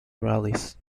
rallies